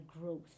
growth